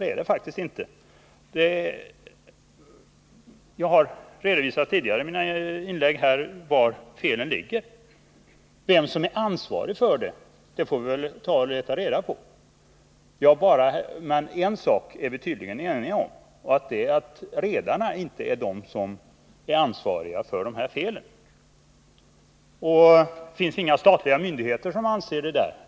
De uppfyller faktiskt inget isklasskrav — punkt och slut. Jag har i mina tidigare inlägg redovisat vari felen består. Vem som är ansvarig för dem får vi försöka ta reda på. Men en sak är vi tydligen eniga om, och det är att redarna inte är de som är ansvariga för felen. Har då inte några statliga myndigheter reagerat?